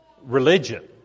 religion